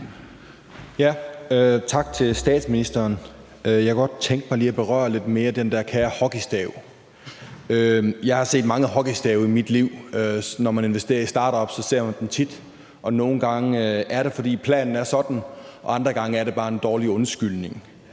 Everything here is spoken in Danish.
Tak til statsministeren. Jeg kunne godt tænke mig lige at berøre den der kære hockeystav lidt mere. Jeg har set mange hockeystave i mit liv, for når man investerer i startups, ser man dem tit. Nogle gange er det, fordi planen er sådan; andre gange er det bare en dårlig undskyldning,